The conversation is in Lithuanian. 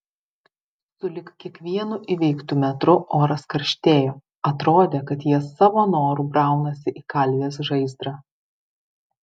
sulig kiekvienu įveiktu metru oras karštėjo atrodė kad jie savo noru braunasi į kalvės žaizdrą